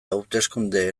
hauteskunde